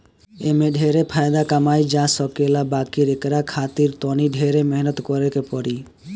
एमे ढेरे फायदा कमाई जा सकेला बाकी एकरा खातिर तनी ढेरे मेहनत करे के पड़ी